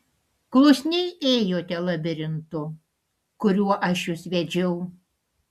klusniai ėjote labirintu kuriuo aš jus vedžiau